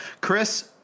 Chris